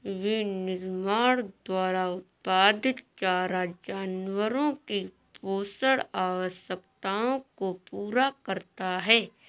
विनिर्माण द्वारा उत्पादित चारा जानवरों की पोषण आवश्यकताओं को पूरा करता है